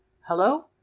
Hello